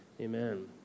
Amen